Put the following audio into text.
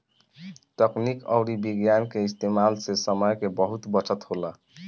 तकनीक अउरी विज्ञान के इस्तेमाल से समय के बहुत बचत होला